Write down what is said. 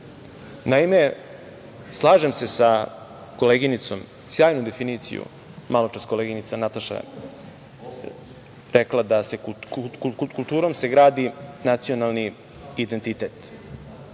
Srbije. Naime, slažem se sa koleginicom, sjajnu definiciju, maločas koleginica Nataša je rekla da se kulturom gradi nacionalni identitet.